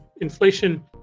inflation